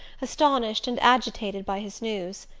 astonished and agitated by his news.